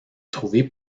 trouver